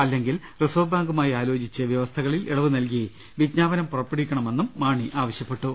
അല്ലെങ്കിൽ റിസർവ് ബാങ്കുമായി ആലോചിച്ച് വൃവ സ്ഥകളിൽ ഇളവ് നൽകി വിജ്ഞാപനം പുറപ്പെടുവിക്കണമെന്നും മാണി അഭി പ്രായപ്പെട്ടു